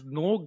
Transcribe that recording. no